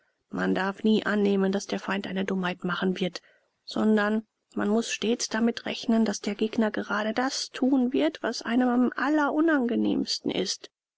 man darf nie annehmen daß der feind eine dummheit machen wird sondern man muß stets damit rechnen daß der gegner gerade das tun wird was einem am allerunangenehmsten ist